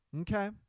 okay